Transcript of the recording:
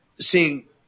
seeing